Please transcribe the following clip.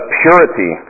purity